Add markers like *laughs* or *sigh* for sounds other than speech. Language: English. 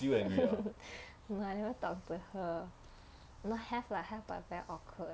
*laughs* no ah I never talk to her no have lah have lah but very awkward